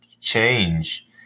change